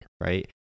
right